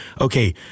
okay